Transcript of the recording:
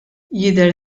jidher